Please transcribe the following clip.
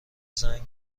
زنگ